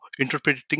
interpreting